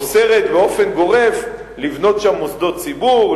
אוסרת באופן גורף לבנות שם מוסדות ציבור,